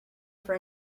for